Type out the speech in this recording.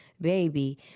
baby